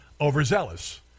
overzealous